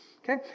Okay